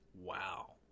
Wow